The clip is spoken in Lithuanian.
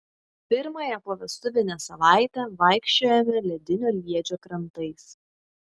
pirmąją povestuvinę savaitę vaikščiojome ledinio liedžio krantais